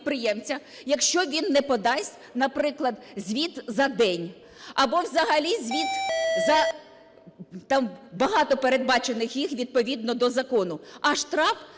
якщо він не подасть, наприклад, звіт за день? Або взагалі звіт за… там багато передбачено їх відповідно до закону.